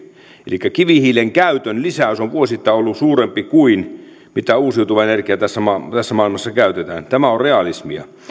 elikkä kivihiilen käytön lisäys on vuosittain ollut suurempi kuin mitä uusiutuvaa energiaa tässä maailmassa käytetään tämä on realismia